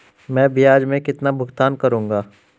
मैं ब्याज में कितना भुगतान करूंगा?